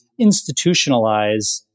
institutionalize